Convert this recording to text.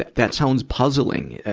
that, that sounds puzzling, ah,